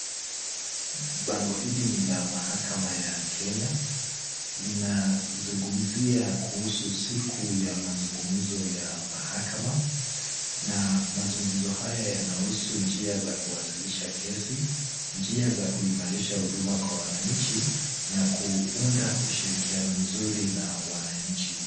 Bango hili ni la mahakama ya Kenya. Linazungumzia kuhusu siku ya mazungumzo ya mahakama na mazungumzo haya yanahusu njia za kuwasilisha kesi, njia za kuimarisha huduma kwa wananchi na kuunda ushirikiano mzuri na wananchi.